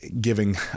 giving